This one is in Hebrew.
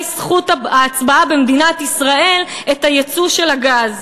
זכות ההצבעה במדינת ישראל את הייצוא של הגז.